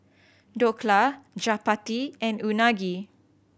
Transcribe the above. Dhokla Chapati and Unagi